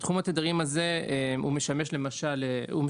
בתחום התדרים הזה הוא משמש לתקשורת.